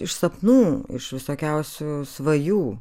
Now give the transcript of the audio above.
iš sapnų iš visokiausių svajų